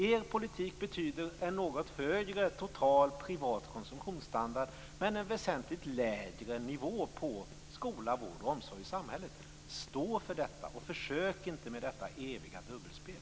Er politik betyder en något högre standard när det gäller den privata konsumtionen men en väsentligt lägre nivå när det gäller skola, vård och omsorg i samhället. Stå för detta, och försök inte med detta eviga dubbelspel!